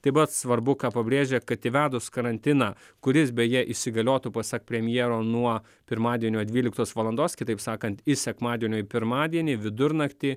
taip pat svarbu ką pabrėžė kad įvedus karantiną kuris beje įsigaliotų pasak premjero nuo pirmadienio dvyliktos valandos kitaip sakant iš sekmadienio į pirmadienį vidurnaktį